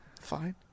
Fine